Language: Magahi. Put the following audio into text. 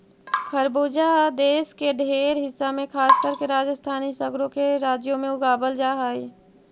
खरबूजा देश के ढेर हिस्सा में खासकर के राजस्थान इ सगरो के राज्यों में उगाबल जा हई